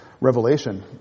Revelation